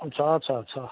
छ छ छ